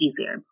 easier